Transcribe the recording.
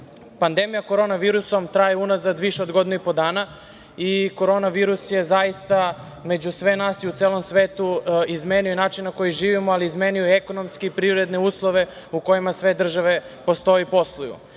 Pandemija korona virusom traje unazad više od godinu i po dana i korona virus je zaista među sve nas i u celom svetu izmenio način na koji živimo, ali izmeni i ekonomske i privredne uslove u kojima sve države postoje i posluju.